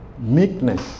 meekness